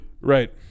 right